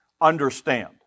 understand